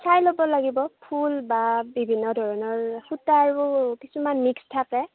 চাই ল'ব লাগিব ফুল বা বিভিন্ন ধৰণৰ সূতাৰো কিছুমান মিক্স থাকে